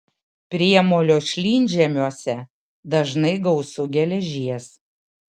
priemolio šlynžemiuose dažnai gausu geležies